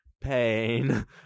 pain